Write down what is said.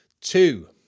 Two